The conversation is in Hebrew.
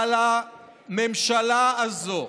אבל הממשלה הזו,